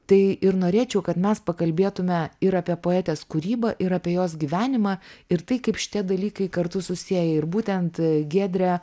tai ir norėčiau kad mes pakalbėtume ir apie poetės kūrybą ir apie jos gyvenimą ir tai kaip šitie dalykai kartu susieja ir būtent giedrę